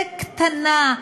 בקטנה,